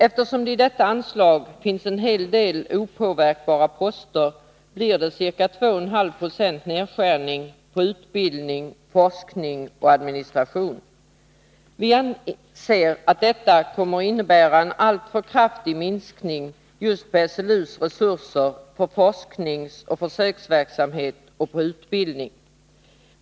Eftersom det i detta anslag finns en hel del opåverkbara poster blir det ca 2,5 20 nedskärning på utbildning, forskning och administration. Vi anser att detta kommer att innebära en alltför kraftig minskning på SLU:s resurser just för forskningsoch försöksverksamhet samt för utbildning.